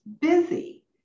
busy